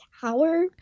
tower